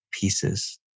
pieces